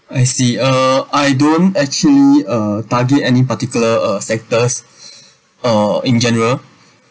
I see uh I don't actually uh target any particular uh sectors or in general